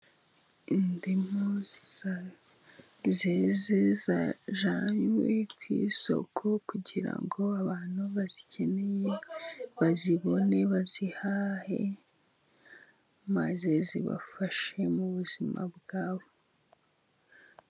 Indimu zeze zajyanywe ku isoko kugira ngo abantu bazikeneye bazibone , bazihahe, maze zibafashe mu buzima bwabo.